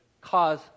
cause